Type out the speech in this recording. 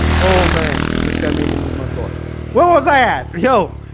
oh, man, this guy made me lose. my thought what was that? yo